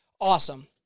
Awesome